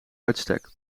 uitstek